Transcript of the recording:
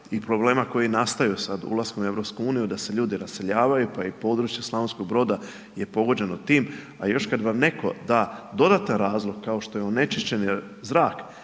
i problema koji nastaju sad ulaskom u Europsku uniju da se ljudi raseljavaju, pa i područje Slavonskog Broda je pogođeno tim, a još kad vam netko da dodatan razlog kao što je onečišćeni zrak,